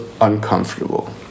uncomfortable